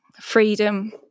freedom